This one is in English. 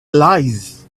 lies